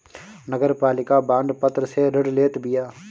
नगरपालिका बांड पत्र से ऋण लेत बिया